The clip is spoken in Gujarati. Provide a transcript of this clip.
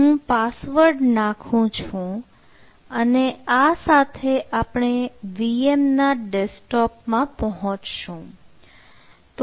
હું પાસવર્ડ નાખું છું અને આ સાથે આપણે VM ના ડેસ્કટોપ માં પહોંચશું